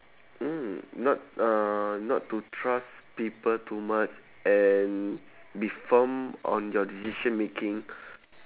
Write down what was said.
mm not uh not to trust people too much and be firm on your decision making